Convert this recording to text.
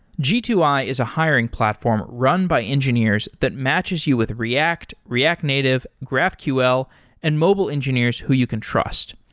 g two i is a hiring platform run by engineers that matches you with react, react native, graphql and mobile engineers who you can trust.